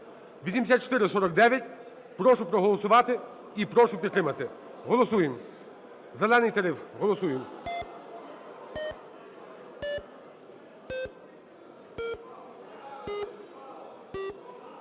8449, прошу проголосувати. І прошу підтримати. Голосуємо "зелений" тариф. Голосуємо.